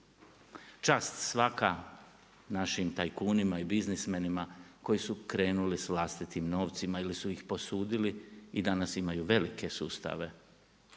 Čast svaka našim tajkunima i biznismenima koji su krenuli sa vlastitim novcima ili su ih posudili i danas imaju velike sustave.